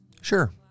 Sure